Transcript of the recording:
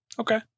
Okay